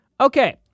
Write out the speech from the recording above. Okay